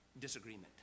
disagreement